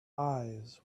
eyes